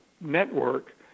network